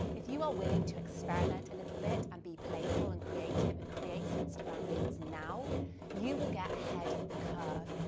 if you are willing to experiment a little bit and be playful and creative and create some instagram reels now you will get ahead of the curve.